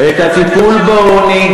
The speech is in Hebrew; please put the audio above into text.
את הטיפול בעוני,